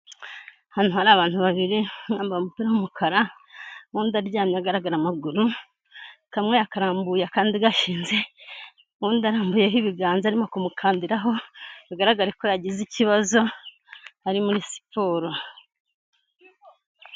Hano hari abantu babiri, uwambaye umupira umukara, undi aryamye agaragara amaguru, kamwe akarambuye kandi gashinze, undi arambuyeho ibiganza arimo kumukandiraho, bigaragare ko yagize ikibazo, ari muri siporo.